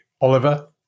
oliver